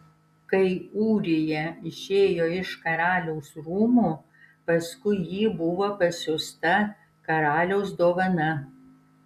kai ūrija išėjo iš karaliaus rūmų paskui jį buvo pasiųsta karaliaus dovana